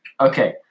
Okay